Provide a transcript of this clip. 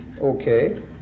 Okay